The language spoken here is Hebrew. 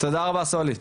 תודה רבה סולי,